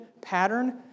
pattern